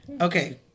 Okay